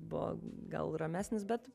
buvo gal ramesnis bet